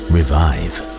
Revive